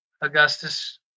Augustus